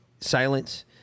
silence